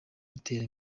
rutera